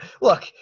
look